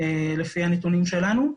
לפי הנתונים שלנו,